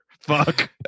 fuck